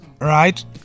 right